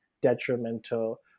detrimental